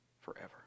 forever